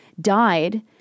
died